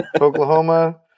Oklahoma